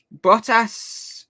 Bottas